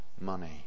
money